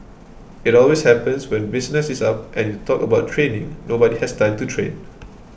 it always happens when business is up and you talk about training nobody has time to train